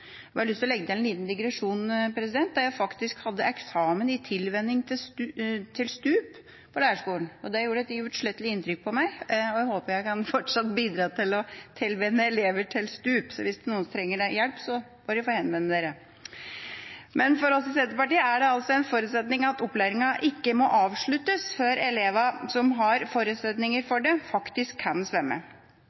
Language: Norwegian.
Jeg har lyst til å legge til en liten digresjon. Jeg hadde faktisk eksamen i tilvenning til stup på lærerskolen, og det gjorde et uutslettelig inntrykk på meg. Jeg håper jeg fortsatt kan bidra til å tilvenne elever til stup, så hvis noen trenger hjelp, får dere henvende dere. For oss i Senterpartiet er det en forutsetning at opplæringa ikke må avsluttes før elever som har forutsetninger for det, faktisk kan